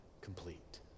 complete